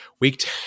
Week